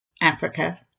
Africa